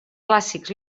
clàssics